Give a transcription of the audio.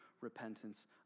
repentance